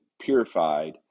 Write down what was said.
Purified